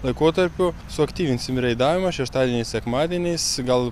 laikotarpiu suaktyvinsim reidavimą šeštadieniais sekmadieniais gal